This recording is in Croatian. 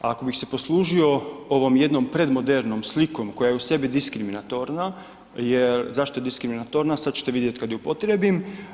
Ako bih se poslužio ovom jednom predmodernom slikom koja je u sebi diskriminatorna jer, zašto je diskriminatorna sada ćete vidjeti kada ju upotrijebim.